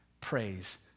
praise